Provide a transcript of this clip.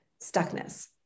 stuckness